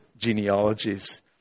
Genealogies